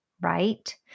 right